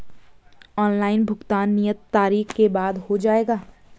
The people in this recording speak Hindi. ऑनलाइन भुगतान नियत तारीख के बाद हो जाएगा?